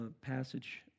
passage